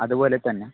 അതുപോലെ തന്നെ